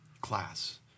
class